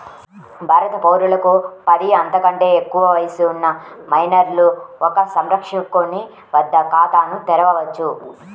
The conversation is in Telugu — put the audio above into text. భారత పౌరులకు పది, అంతకంటే ఎక్కువ వయస్సు ఉన్న మైనర్లు ఒక సంరక్షకుని వద్ద ఖాతాను తెరవవచ్చు